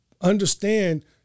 understand